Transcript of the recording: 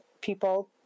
people